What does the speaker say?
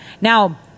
now